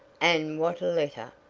and what a letter!